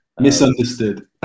misunderstood